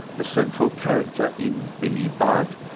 the central character in billy budd,